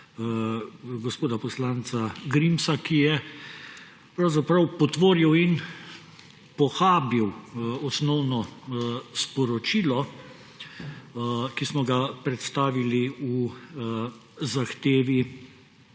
gospoda poslanca Grimsa, ki je pravzaprav potvoril in pohabil osnovno sporočilo, ki smo ga predstavili v zahtevi